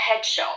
headshot